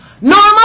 Normal